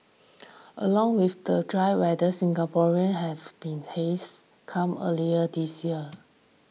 along with the dry weather Singaporean have been haze come earlier this year